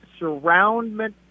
surroundment